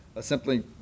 simply